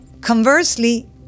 Conversely